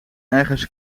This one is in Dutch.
ergens